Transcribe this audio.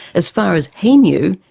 as far as he knew,